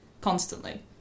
constantly